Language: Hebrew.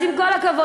אז עם כל הכבוד,